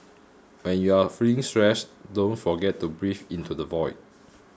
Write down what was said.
when you are feeling stressed don't forget to breathe into the void